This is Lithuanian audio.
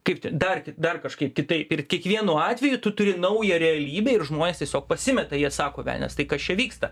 kaip ten dar dar kažkaip kitaip ir kiekvienu atveju tu turi naują realybę ir žmonės tiesiog pasimeta jie sako velnias tai kas čia vyksta